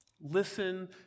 Listen